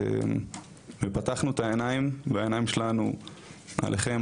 פתחנו את העיניים והעיניים שלנו עליכם,